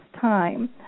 time